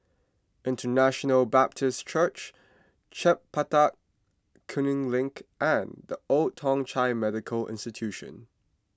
International Baptist Church Chempaka Kuning Link and Old Thong Chai Medical Institution